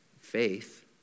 faith